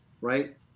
right